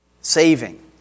saving